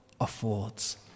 affords